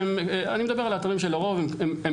אני מדבר על האתרים שהם לרוב קדושים